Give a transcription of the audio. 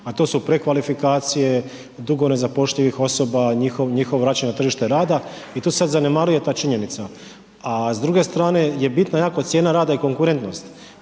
a to su prekvalifikacije dugo nezapošljivih osoba, njihovo vraćanje na tržište rada i tu se sad zanemaruje ta činjenica, a s druge strane je bitna jako cijena radi i konkurentnost.